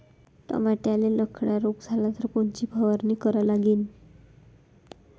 टमाट्याले लखड्या रोग झाला तर कोनची फवारणी करा लागीन?